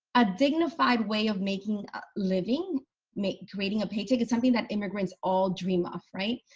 a dignified way of making a living make creating a paycheck is something that immigrants all dream of right?